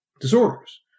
disorders